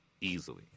easily